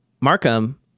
Markham